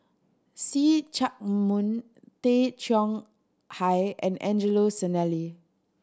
See Chak Mun Tay Chong Hai and Angelo Sanelli